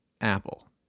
apple